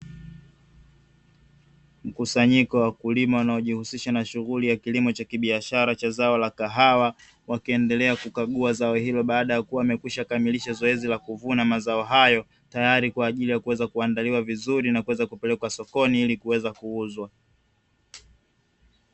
Mkusanyiko wa wakulima wanaojihusisha na shughuli ya kilimo cha kibiashara cha zao la kahawa, wakiendelea kukagua zao hilo baada ya kuwa wamekwisha kukamilisha zoezi la kuvuna mazao hayo, tayari kwa ajili ya kuweza kuandaliwa vizuri na kuweza kupelekwa sokoni ili kuweza kuuzwa.